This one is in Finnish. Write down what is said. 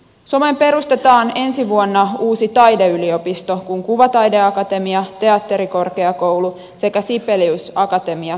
suomeen perustetaan ensi vuonna uusi taideyliopisto kun kuvataideakatemia teatterikorkeakoulu sekä sibelius akatemia yhdistyvät